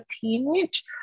teenage